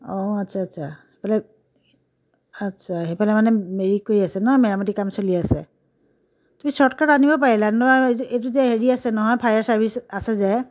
অঁ আচ্ছা আচ্ছা সেইফালে আচ্ছা সেইফালে মানে মেৰি কয়ি আছে ন মেৰামতি কাম চলি আছে তুমি চৰ্টকাট আনিব পাৰিলাহেঁতেন এইটো যে হেৰি আছে নহয় ফায়াৰ চাৰ্ভিছ আছে যে